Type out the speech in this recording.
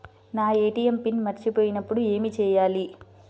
నా ATM PIN మర్చిపోయినప్పుడు ఏమి చేయాలి?